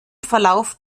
verlauf